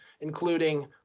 including